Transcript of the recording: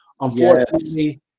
Unfortunately